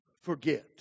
forget